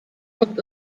kommt